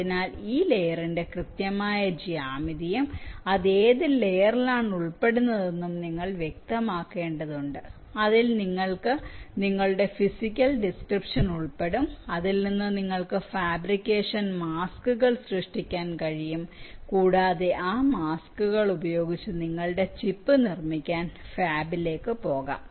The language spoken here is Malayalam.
അതിനാൽ ഈ ലെയറിന്റെ കൃത്യമായ ജ്യാമിതിയും അത് ഏത് ലെയറിലാണ് ഉൾപ്പെടുന്നതെന്ന് നിങ്ങൾ വ്യക്തമാക്കേണ്ടതുണ്ട് അതിൽ നിങ്ങളുടെ ഫിസിക്കൽ ഡിസ്ക്രിപ്ഷൻ ഉൾപ്പെടും അതിൽ നിന്ന് നിങ്ങൾക്ക് ഫാബ്രിക്കേഷൻ മാസ്കുകൾ സൃഷ്ടിക്കാൻ കഴിയും കൂടാതെ ആ മാസ്കുകൾ ഉപയോഗിച്ച് നിങ്ങളുടെ ചിപ്പ് നിർമ്മിക്കാൻ ഫാബിലേക്ക് പോകാം